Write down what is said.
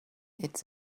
it’s